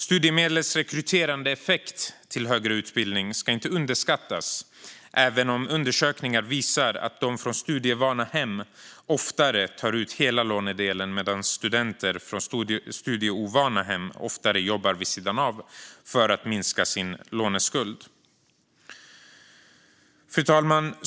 Studiemedlets rekryterande effekt till högre utbildning ska inte underskattas även om undersökningar visar att de från studievana hem oftare tar ut hela lånedelen medan studenter från studieovana hem oftare jobbar vid sidan om för att minska sin låneskuld. Fru talman!